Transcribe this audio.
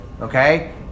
Okay